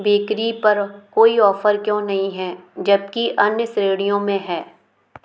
bakery पर कोई offer क्यों नहीं है जबकि अन्य श्रेणियों में है